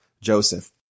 Joseph